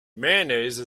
mayonnaise